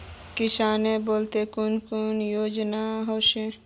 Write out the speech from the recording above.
किसानेर केते कुन कुन योजना ओसोहो?